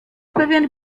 pewien